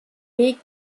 weg